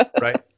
right